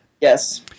Yes